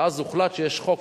ואז הוחלט שיש חוק,